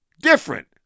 different